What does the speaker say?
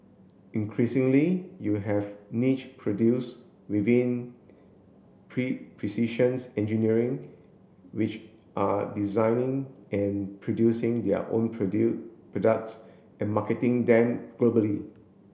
increasingly you have niche produced within precision's engineering which are designing and producing their own products and marketing them globally